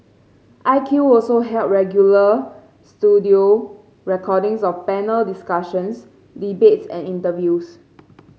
I Q also held regular studio recordings of panel discussions debates and interviews